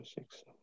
six